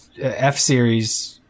F-Series